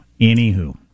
Anywho